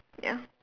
ya